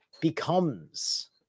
becomes